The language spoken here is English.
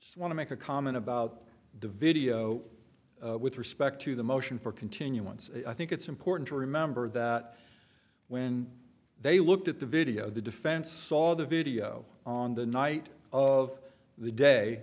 i want to make a comment about the video with respect to the motion for continuance i think it's important to remember that when they looked at the video the defense saw the video on the night of the day